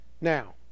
Now